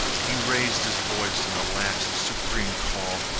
he raised his voice in a last supreme call.